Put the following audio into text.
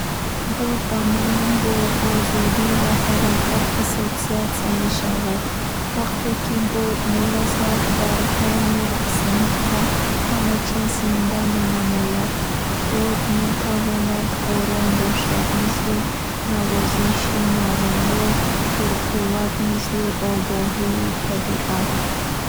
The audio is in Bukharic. Бод ба ман бо озодӣ ва ҳаракат ассоатсия мешавад. Вақте ки бод мевазад, баргҳо мерақсанд ва ҳама чиз зинда менамояд. Бод метавонад ором бошад, мисли навозиши нарм, ё пурқувват, мисли огоҳии табиат.